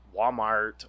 Walmart